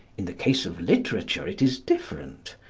in the case of literature it is different.